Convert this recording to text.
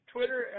Twitter